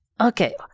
Okay